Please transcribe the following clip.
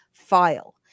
file